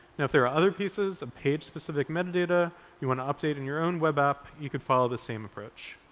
if there are other pieces of page-specific metadata you want to update in your own web app, you can follow the same approach.